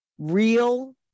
real